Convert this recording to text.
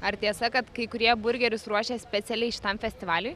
ar tiesa kad kai kurie burgerius ruošė specialiai šitam festivaliui